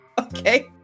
Okay